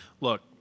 Look